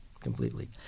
completely